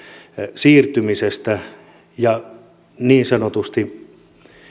siirtymisestä ja niin sanotusti